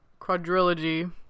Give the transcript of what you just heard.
Quadrilogy